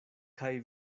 kaj